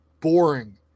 boring